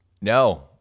no